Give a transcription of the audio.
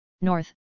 north